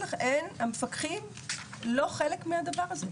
המפקחים לא חלק מהדבר הזה,